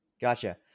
Gotcha